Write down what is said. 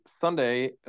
Sunday